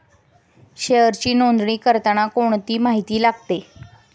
शेअरची नोंदणी करताना कोणती माहिती लागते?